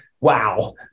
wow